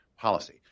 policy